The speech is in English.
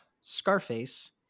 Scarface